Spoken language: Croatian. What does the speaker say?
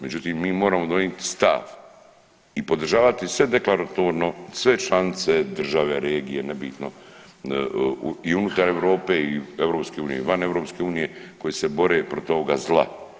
Međutim, mi moramo donijeti stav i podržavati sve deklaratorno sve članice države, regije, nebitno i unutar Europe i EU i van EU koje se bore protiv ovoga zla.